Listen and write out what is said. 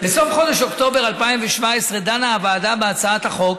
בסוף חודש אוקטובר 2017 דנה הוועדה בהצעת החוק,